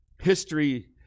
history